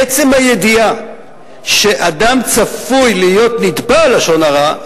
עצם הידיעה שאדם צפוי להיות נתבע לשון הרע,